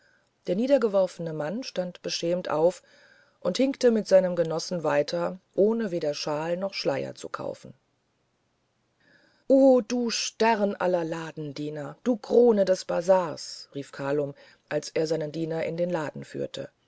der niedergeworfene mann stand beschämt auf und hinkte mit seinem genossen weiter ohne weder shawl noch schleier zu kaufen o du stern aller ladendiener du krone des bazar rief kalum als er seinen diener in den laden führte